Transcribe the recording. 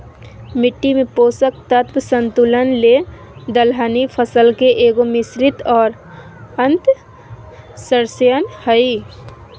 मिट्टी में पोषक तत्व संतुलन ले दलहनी फसल के एगो, मिश्रित और अन्तर्शस्ययन हइ